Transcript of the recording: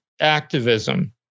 activism